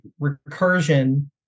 recursion